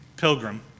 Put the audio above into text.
pilgrim